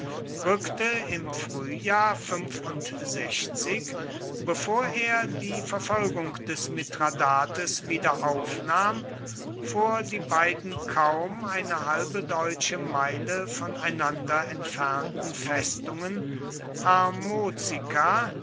rückte im frühjahr bevor er die verfolgung des mithradates wiederaufnahm vor die beiden kaum eine halbe deutsche meile voneinander entfernten festungen